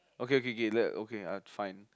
okay okay okay let okay I'll fine